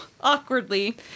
awkwardly